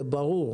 זה ברור.